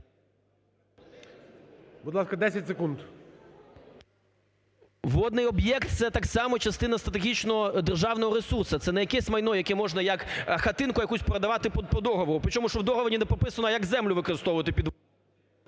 Водний об'єкт – це так само частина стратегічного державного ресурсу. Це не якесь майно, яке можна, як хатинку якусь продавати по договору. Причому, що в договорі не прописано, як землю використовувати під…